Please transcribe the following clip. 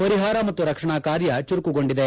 ಪರಿಹಾರ ಮತ್ತು ರಕ್ಷಣಾ ಕಾರ್ಯ ಚುರುಕುಗೊಂಡಿದೆ